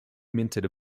minted